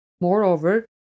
Moreover